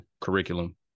curriculum